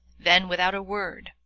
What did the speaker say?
then, without a word,